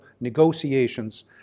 negotiations